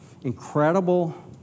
incredible